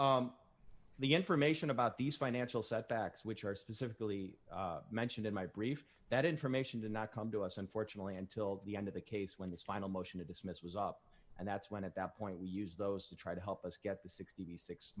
the information about these financial setbacks which are specifically mentioned in my brief that information did not come to us unfortunately until the end of the case when this final motion to dismiss was up and that's when it that point we use those to try to help us get the sixty six